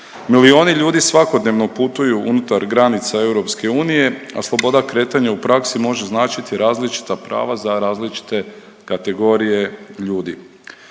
Milijoni ljudi svakodnevno putuju unutar granica EU, a sloboda kretanja u praksi može značiti različita prava za različite kategorije ljudi.